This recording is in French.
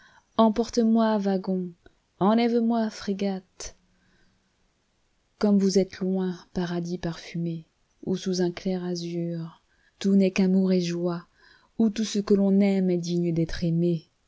douleurs emporte moi wagon enlève moi frégate comme vous êtes loin paradis parfumé où sous un clair azur tout n'est qu'amour et joie où tout ce que l'on aime est digne d'être aimé